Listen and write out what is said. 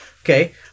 okay